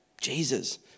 Jesus